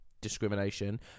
discrimination